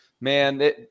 Man